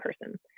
person